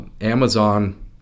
Amazon